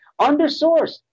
Undersourced